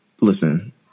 listen